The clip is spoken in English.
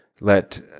let